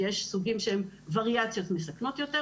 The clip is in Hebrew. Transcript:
כי יש סוגים שהם וריאציות מסכנות יותר.